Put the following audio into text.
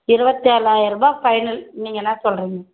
இருபத்தி ஏழாயிர ருபாய் ஃபைனல் நீங்கள் என்ன சொல்கிறீங்க